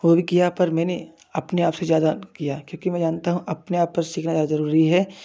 और किया पर मैंने अपने आप से ज्यादा किया क्योंकि मैं जानता हूँ अपने आप पर सीखना ज्यादा जरूरी है